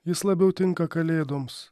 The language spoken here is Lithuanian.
jis labiau tinka kalėdoms